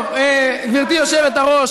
גברתי היושבת-ראש,